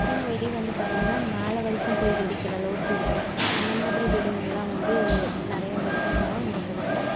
சின்ன வெடி வந்து பார்த்திங்கனா மேலே வரைக்கும் போய் வெடிக்கிற அளவுக்கு இருக்கும் அந்த மாதிரி வெடிங்கள்லாம் வந்து நிறைய வெடித்தோம் இந்த தடவை